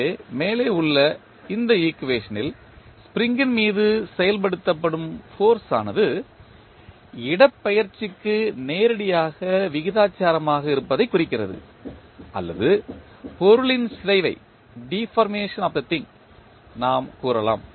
எனவே மேலே உள்ள இந்த ஈக்குவேஷனில் ஸ்ப்ரிங் ன் மீது செயல்படுத்தப்படும் ஃபோர்ஸ் ஆனது இடப்பெயர்ச்சிக்கு நேரடியாக விகிதாசாரமாக இருப்பதைக் குறிக்கிறது அல்லது பொருளின் சிதைவை நாம் கூறலாம்